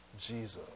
Jesus